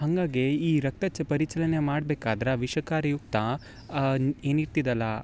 ಹಾಗಾಗೆ ಈ ರಕ್ತ ಚ ಪರಿಚಲನೆ ಮಾಡ್ಬೇಕಾದ್ರೆ ವಿಷಕಾರಿಯುಕ್ತ ಏನಿರ್ತಿದಲ್ಲ